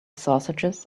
sausages